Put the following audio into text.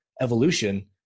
evolution